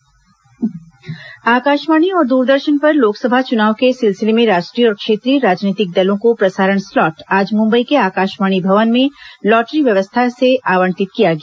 लोकसभा चुनाव प्रसारण स्लॉट आकाशवाणी और दूरदर्शन पर लोकसभा चुनाव के सिलसिले में राष्ट्रीय और क्षेत्रीय राजनीतिक दलों को प्रसारण स्लॉट आज मुंबई के आकाशवाणी भवन में लॉटरी व्यवस्था से आवंटित किया गया